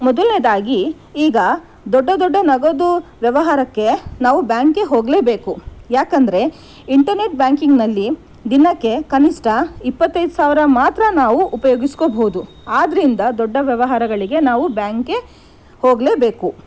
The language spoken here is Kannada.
ಮೊದಲನೆಯದಾಗಿ ಈಗ ದೊಡ್ಡ ದೊಡ್ಡ ನಗದು ವ್ಯವಹಾರಕ್ಕೆ ನಾವು ಬ್ಯಾಂಕ್ಗೆ ಹೋಗಲೇಬೇಕು ಯಾಕೆಂದರೆ ಇಂಟರ್ನೆಟ್ ಬ್ಯಾಂಕಿಂಗ್ನಲ್ಲಿ ದಿನಕ್ಕೆ ಕನಿಷ್ಠ ಇಪ್ಪತ್ತೈದು ಸಾವಿರ ಮಾತ್ರ ನಾವು ಉಪಯೋಗಿಸ್ಕೋಬಹುದು ಆದ್ದರಿಂದ ದೊಡ್ಡ ವ್ಯವಹಾರಗಳಿಗೆ ನಾವು ಬ್ಯಾಂಕ್ಗೆ ಹೋಗಲೇಬೇಕು